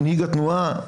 מנהיג התנועה,